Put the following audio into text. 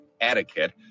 etiquette